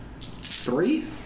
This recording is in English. three